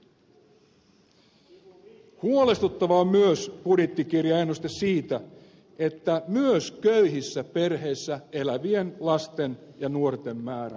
huolestuttava on myös budjettikirjan ennuste siitä että myös köyhissä perheissä elävien lasten ja nuorten määrä kasvaa